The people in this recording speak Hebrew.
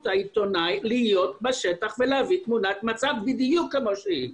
העיתונאי להיות בשטח ולהביא תמונת מצב בדיוק כמו שהיא.